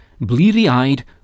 Bleary-eyed